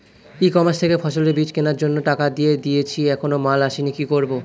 ই commerce থেকে ফসলের বীজ কেনার জন্য টাকা দিয়ে দিয়েছি এখনো মাল আসেনি কি করব?